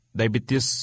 diabetes